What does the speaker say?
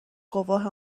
گواه